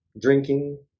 drinking